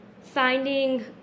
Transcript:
finding